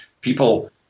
people